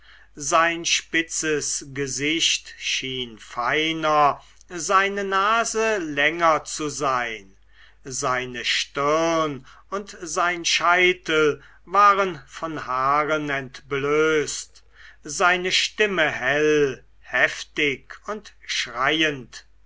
sein spitzes gesicht schien feiner seine nase länger zu sein seine stirn und sein scheitel waren von haaren entblößt seine stimme hell heftig und schreiend